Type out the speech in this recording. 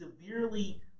severely